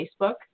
Facebook